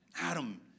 Adam